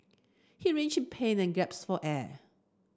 he pain and gasped for air